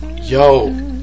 Yo